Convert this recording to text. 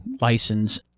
license